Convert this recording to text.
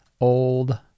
old